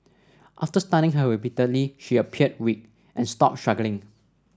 after stunning her repeatedly she appeared weak and stopped struggling